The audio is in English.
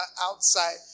outside